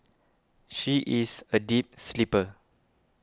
she is a deep sleeper